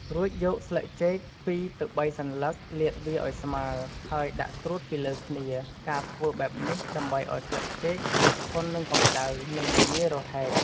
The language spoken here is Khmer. រួចយកស្លឹកចេក ២ទៅ៣សន្លឹកលាតវាឱ្យស្មើ ហើយដាក់ត្រួតពីលើគ្នា ការធ្វើបែបនេះដើម្បីឱ្យស្លឹកចេកអាចធន់នឹងកម្តៅ និងមិនងាយរហែក។